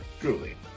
Truly